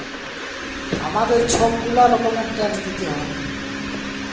আমাদের ছব গুলা রকমের ট্যাক্স দিইতে হ্যয়